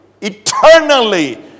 eternally